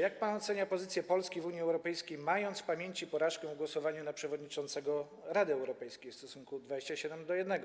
Jak pan ocenia pozycję Polski w Unii Europejskiej, mając w pamięci porażkę w głosowaniu w sprawie przewodniczącego Rady Europejskiej stosunkiem głosów 27:1,